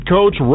Coach